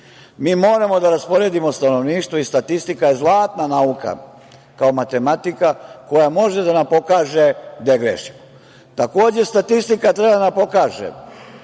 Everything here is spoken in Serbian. Mi moramo da rasporedimo stanovništvo. Statistika je zlatna nauka, kao matematika, koja može da nam pokaže gde grešimo. Takođe, statistika treba da nam pokaže,